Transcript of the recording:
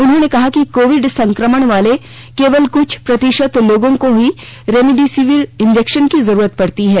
उन्होंने कहा कि कोविड संक्रमण वाले केवल क्छ प्रतिशत लोगों को ही रेमेडिसविर इंजेक्शन की जरूरत पड़ती है